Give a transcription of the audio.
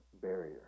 barrier